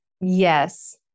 Yes